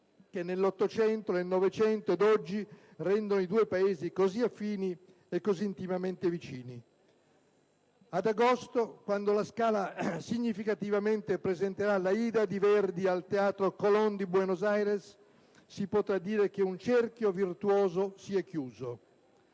che nell'800, nel '900 ed oggi rendono i due Paesi così affini e così intimamente vicini. Ad agosto, quando «La Scala» significativamente presenterà l'«Aida» di Giuseppe Verdi al Teatro «Colòn» di Buenos Aires, si potrà dire che un cerchio virtuoso si sarà chiuso.